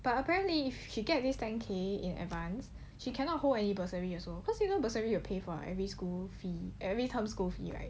but apparently if she get this ten K in advance she cannot hold any bursary also cause you know bursary will pay for every school fee every term school fee right